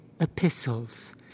epistles